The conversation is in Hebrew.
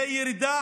תהיה ירידה